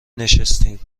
نشستیم